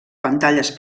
pantalles